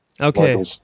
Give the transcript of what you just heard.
Okay